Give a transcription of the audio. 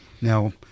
now